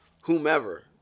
whomever